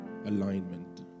Alignment